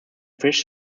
fish